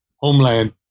homeland